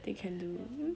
they can do